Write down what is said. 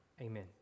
Amen